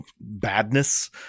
badness